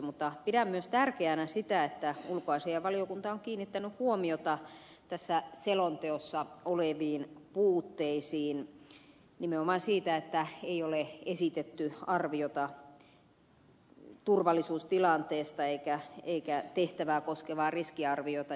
mutta pidän myös tärkeänä sitä että ulkoasiainvaliokunta on kiinnittänyt huomiota tässä selonteossa oleviin puutteisiin nimenomaan siihen että ei ole esitetty arviota turvallisuustilanteesta eikä tehtävää koskevaa riskiarviota